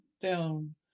down